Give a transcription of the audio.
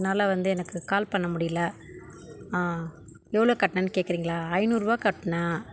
இதனால வந்து எனக்கு கால் பண்ண முடியல எவ்வளோ கட்டினேன்னு கேட்குறிங்களா ஐந்நூறுரூவா கட்டினேன்